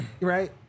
right